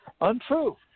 untrue